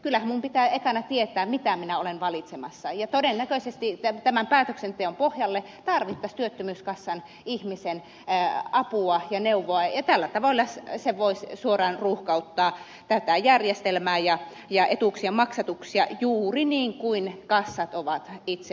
kyllähän minun pitää ensimmäiseksi tietää mitä minä olen valitsemassa ja todennäköisesti tämän päätöksenteon pohjalle tarvittaisiin työttömyyskassan ihmisen apua ja neuvoa ja tällä tavoin se voisi suoraan ruuhkauttaa tätä järjestelmää ja etuuksien maksatuksia juuri niin kuin kassat ovat itse maininneet